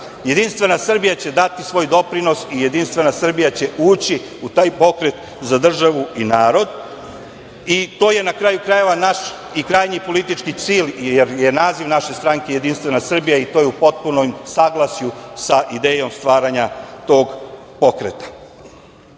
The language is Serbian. naroda. Jedinstvena Srbija će dati svoj doprinos i Jedinstvena Srbija će ući u taj pokret za državu i narod. To je na kraju, krajeva naš i krajnji politički cilj, jer je naziv naše stranke Jedinstvena Srbija i to je u potpunom saglasju sa idejom stvaranja tog pokreta. Mi